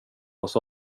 oss